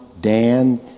Dan